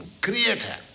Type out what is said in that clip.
creator